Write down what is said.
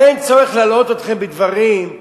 אין צורך להלאות אתכם בדברים,